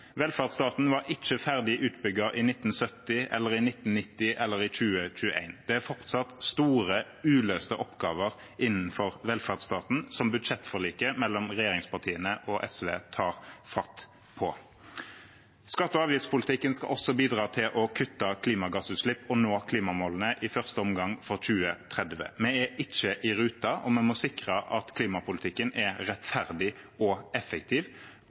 Velferdsstaten var ikke ferdig utbygd i 1970, i 1990 eller i 2021. Det er fortsatt store, uløste oppgaver innenfor velferdsstaten, som budsjettforliket mellom regjeringspartiene og SV tar fatt på. Skatte- og avgiftspolitikken skal også bidra til å kutte klimagassutslipp og nå klimamålene, i første omgang for 2030. Vi er ikke i rute, og vi må sikre at klimapolitikken er rettferdig og effektiv.